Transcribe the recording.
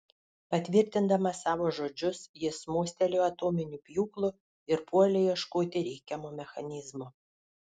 patvirtindamas savo žodžius jis mostelėjo atominiu pjūklu ir puolė ieškoti reikiamo mechanizmo